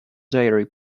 diary